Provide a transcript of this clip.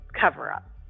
cover-up